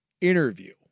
interview